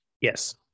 Yes